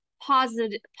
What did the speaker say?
positive